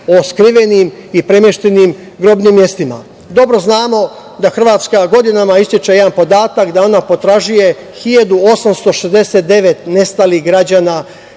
o skrivenim i premeštenim grobnim mestima. Dobro znamo da Hrvatska godinama ističe jedan podatak, a to je da ona potražuje 1.869 nestalih građana